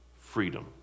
freedom